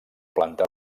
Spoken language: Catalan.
planta